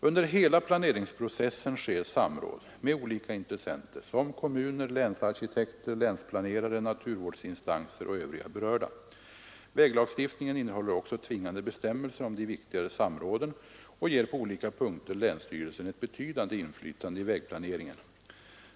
Under hela planeringsprocessen sker samråd med olika intressenter, som kommuner, länsarkitekter, länsplanerare, naturvårdsinstanser och övriga berörda. Väglagstiftningen innehåller också tvingande bestämmelser om de viktigare samråden och ger på olika punkter länsstyrelsen ett betydande inflytande i vägplaneringen.